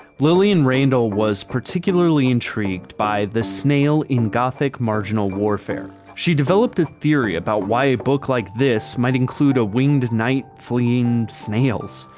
lillian randall was particularly intrigued by the snail in gothic marginal warfare. she developed a theory about why a book like this might include a winged knight fleeing snails.